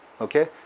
Okay